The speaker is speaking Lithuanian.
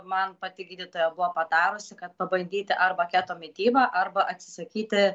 man pati gydytoja buvo patarusi kad pabandyti arba keto mitybą arba atsisakyti